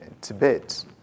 Tibet